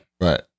Right